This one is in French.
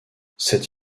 cette